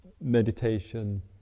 meditation